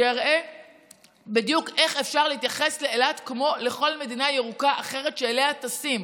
שיראה איך אפשר להתייחס לאילת כמו לכל מדינה ירוקה אחרת שאליה טסים,